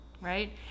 right